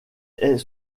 est